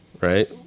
right